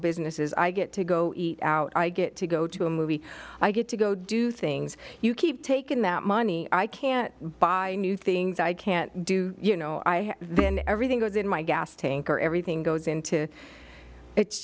businesses i get to go out i get to go to a movie i get to go do things you keep taking that money i can't buy new things i can't do you know i then everything goes in my gas tank or everything goes into it's